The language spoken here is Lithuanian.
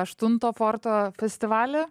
aštunto forto festivalį